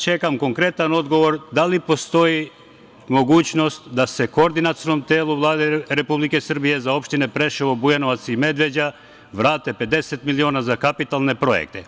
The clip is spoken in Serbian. Čekam konkretan odgovor - da li postoji mogućnost da se Koordinacionom telu Vlade Republike Srbije za opštine Preševo, Bujanovac i Medveđa vrate 50 miliona za kapitalne projekte?